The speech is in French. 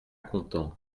content